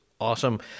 Awesome